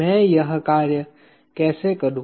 मैं यह कार्य कैसे करूं